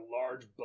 large